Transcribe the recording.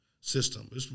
system